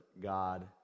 God